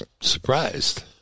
surprised